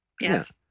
Yes